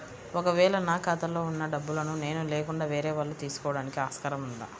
ఒక వేళ నా ఖాతాలో వున్న డబ్బులను నేను లేకుండా వేరే వాళ్ళు తీసుకోవడానికి ఆస్కారం ఉందా?